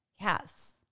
Yes